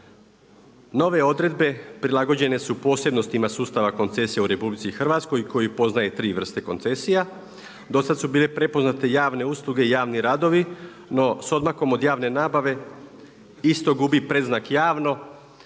Nove odredbe prilagođene su posebnostima sustava koncesija u RH koji poznaje tri vrste koncesija. Do sada su bile prepoznate javne usluge i javni radovi, no s odmakom od javne nabave isto gubi predznak javno